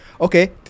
okay